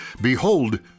Behold